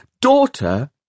daughter